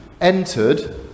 entered